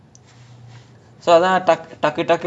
orh எனக்கு வந்து:enakku vanthu